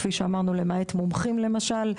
כפי שאמרנו למעט מומחים למשל,